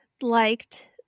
liked